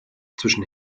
zwischen